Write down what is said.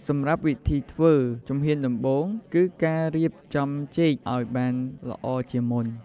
សម្រាប់វិធីធ្វើ ជំហានដំបូង គឺការរៀបចំចេកអោយបានល្អទុកជាមុន។